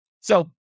So-